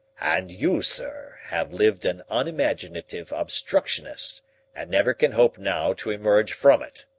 and you, sir, have lived an unimaginative obstructionist and never can hope now to emerge from it.